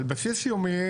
על בסיס יומי.